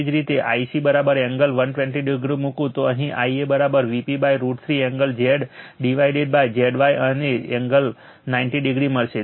એવી જ રીતે Ic એંગલ 120o મૂકું તો અહીં Ia Vp√ 3 એંગલ Z ડિવાઇડેડZy અને એંગલ 90o મળશે